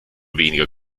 weniger